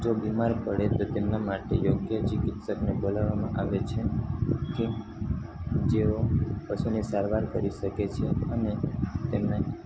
જો બીમાર પડે તો તેમના માટે યોગ્ય ચિકિત્સકને બોલાવામાં આવે છે કે જેઓ પશુની સારવાર કરી શકે છે અને તેમને